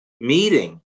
meeting